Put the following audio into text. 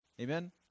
Amen